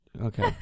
Okay